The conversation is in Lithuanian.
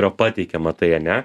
yra pateikiama tai ane